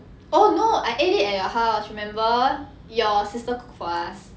oh no I ate it at your house remember your sister cooked for us